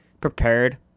prepared